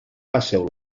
passeu